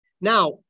Now